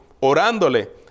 orándole